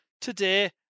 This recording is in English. Today